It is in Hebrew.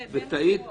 אלה השמועות.